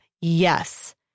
yes